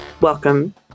Welcome